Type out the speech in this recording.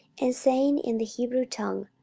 and saying in the hebrew tongue,